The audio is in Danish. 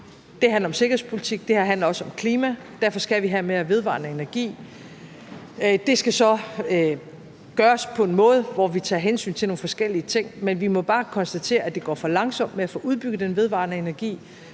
Det handler om sikkerhedspolitik, og det handler også om klima, og derfor skal vi have mere vedvarende energi. Det skal så gøres på en måde, hvor vi tager hensyn til nogle forskellige ting. Men vi må bare konstatere, at det går for langsomt med at få udbygget den vedvarende energi,